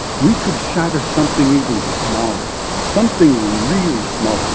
we could shatter something even smaller, something really small,